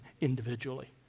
individually